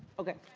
okay.